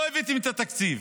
לא הבאתם את התקציב.